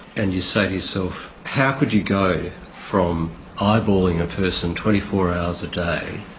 and you say to yourself how could you go from eyeballing a person twenty four hours a day,